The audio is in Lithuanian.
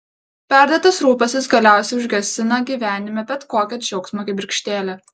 perdėtas rūpestis galiausiai užgesina gyvenime bet kokią džiaugsmo kibirkštėlę